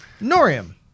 Norium